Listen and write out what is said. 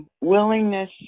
willingness